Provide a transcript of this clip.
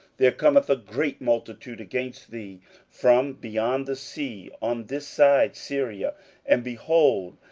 there cometh a great multitude against thee from beyond the sea on this side syria and, behold,